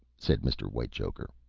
said mr. whitechoker.